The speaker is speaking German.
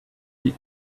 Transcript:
die